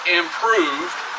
improved